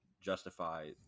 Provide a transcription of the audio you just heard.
justify